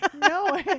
no